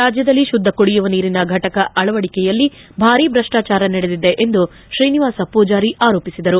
ರಾಜ್ಯದಲ್ಲಿ ಶುದ್ದ ಕುಡಿಯುವ ನೀರಿನ ಫಟಕಗಳ ಅಳವಡಿಕೆಯಲ್ಲಿ ಭಾರೀ ಭ್ರಷ್ಟಾಚಾರ ನಡೆದಿದೆ ಎಂದು ಶ್ರೀನಿವಾಸ ಪೂಜಾರಿ ಆರೋಪಿಸಿದರು